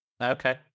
Okay